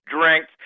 drinks